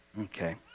Okay